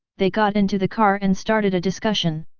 they got into the car and started a discussion.